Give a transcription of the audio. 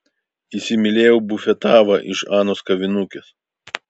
įsimylėjau bufetavą iš anos kavinukės